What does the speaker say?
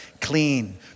clean